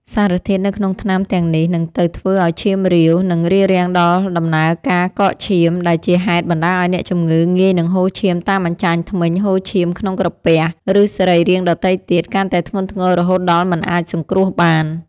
សារធាតុនៅក្នុងថ្នាំទាំងនេះនឹងទៅធ្វើឱ្យឈាមរាវ និងរារាំងដល់ដំណើរការកកឈាម ដែលជាហេតុបណ្តាលឱ្យអ្នកជំងឺងាយនឹងហូរឈាមតាមអញ្ចាញធ្មេញ ហូរឈាមក្នុងក្រពះ ឬសរីរាង្គដទៃទៀត កាន់តែធ្ងន់ធ្ងររហូតដល់មិនអាចសង្គ្រោះបាន។